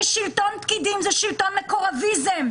ושלטון פקידים זה שלטון מקורבים,